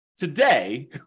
Today